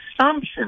assumption